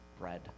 bread